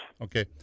Okay